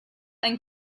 and